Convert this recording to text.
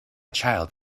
child